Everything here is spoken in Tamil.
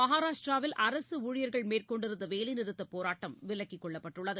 மகாராஷ்ட்ராவில் அரசுஊழியர்கள் மேற்கொண்டிருந்தவேலைநிறுத்தபோராட்டம் விலக்கிகொள்ளப்பட்டுள்ளது